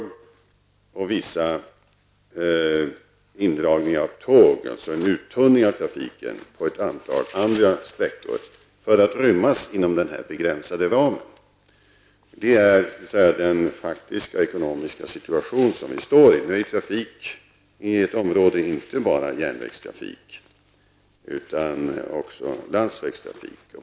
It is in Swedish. Man får göra vissa indragningar av tåg, alltså en uttunning av trafiken på ett antal andra sträckor, för att rymmas inom den här begränsade ramen. Det är den faktiska ekonomiska situation som vi står i. Men trafik omfattar inte bara järnvägstrafik, utan också landsvägstrafik.